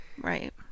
right